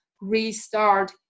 restart